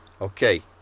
Okay